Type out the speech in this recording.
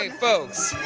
ah folks.